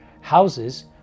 houses